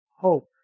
hope